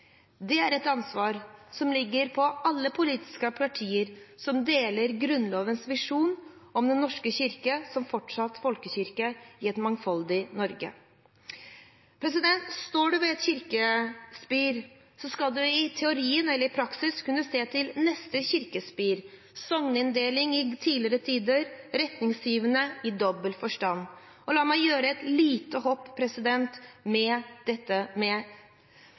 Det er et ansvar som ligger på alle politiske partier som deler Grunnlovens visjon om Den norske kirke som fortsatt folkekirke i et mangfoldig Norge. Står man ved et kirkespir, skal man i teorien kunne se til neste kirkespir. Sogninndelingen i tidligere tider er retningsgivende i dobbel forstand – og la meg gjøre et lite hopp